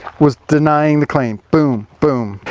was denying the claim. boom. boom.